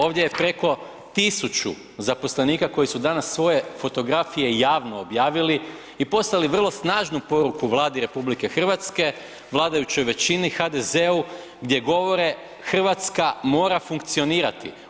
Ovdje je preko 1000 zaposlenika koji su danas svoje fotografije javno objavili o poslali vrlo snažnu poruku Vladi RH, vladajućoj većini HDZ-u gdje govore Hrvatska mora funkcionirati.